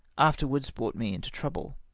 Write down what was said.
afterwards brought me into trouble.